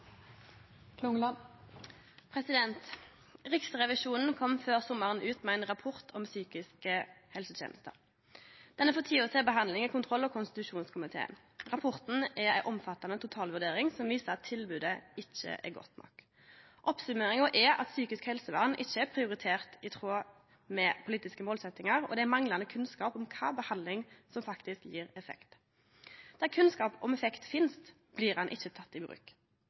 ei omfattande totalvurdering som viser at tilbodet ikkje er godt nok. Oppsummeringa er at psykisk helsevern ikkje er prioritert i tråd med politiske målsetjingar, og det er manglande kunnskap om kva behandling som faktisk gjev effekt. Der kunnskap om effekt finst, blir han ikkje tatt i bruk.